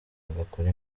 bagakora